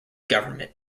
government